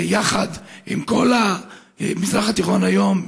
יחד עם כל המזרח התיכון היום,